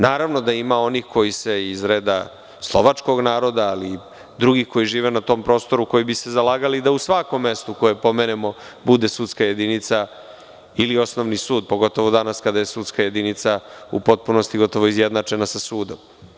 Naravno, da ima onih, koji se iz reda Slovačkog naroda, ali i drugih koji žive na tom prostoru, koji bi se zalagali da u svakom mestu koje pomenemo bude sudska jedinica, ili osnovni sud, pogotovo danas kada je sudska jedinica u potpunosti gotovo izjednačena sa sudom.